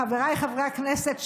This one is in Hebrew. חבריי חברי הכנסת,